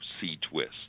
C-Twist